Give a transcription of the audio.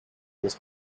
his